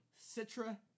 Citra